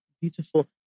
beautiful